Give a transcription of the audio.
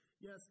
Yes